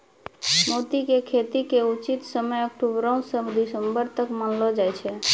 मोती के खेती के उचित समय अक्टुबरो स दिसम्बर तक मानलो जाय छै